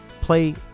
play